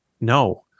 No